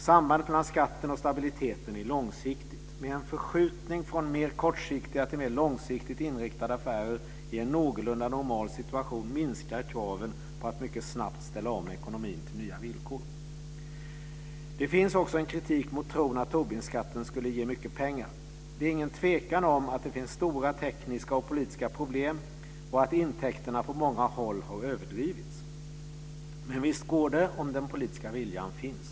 Sambandet mellan skatten och stabiliteten är långsiktighet. Med en förskjutning från mer kortsiktiga till mer långsiktigt inriktade affärer i en någorlunda normal situation minskar kraven på att mycket snabbt ställa om ekonomin till nya villkor. Det finns också en kritik mot tron att Tobinskatten skulle ge mycket pengar. Det är ingen tvekan om att det finns stora tekniska och politiska problem och att intäkterna på många håll har överdrivits. Men visst går det om den politiska viljan finns.